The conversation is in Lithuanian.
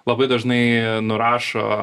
labai dažnai nurašo